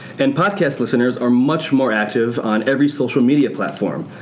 and podcast listeners are much more active on every social media platform.